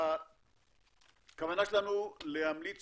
הכוונה שלנו להמליץ